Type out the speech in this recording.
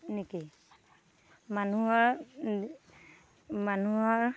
এনেকে মানুহৰ মানুহৰ